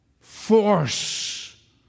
Force